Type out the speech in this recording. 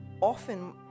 often